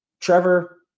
trevor